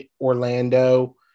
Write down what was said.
Orlando